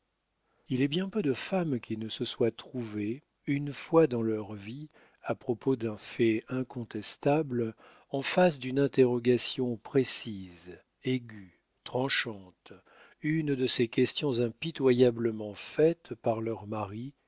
il est bien peu de femmes qui ne se soient trouvées une fois dans leur vie à propos d'un fait incontestable en face d'une interrogation précise aiguë tranchante une de ces questions impitoyablement faites par leurs maris